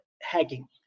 hacking